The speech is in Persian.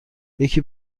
یکی